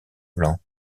blanc